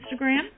Instagram